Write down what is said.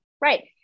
Right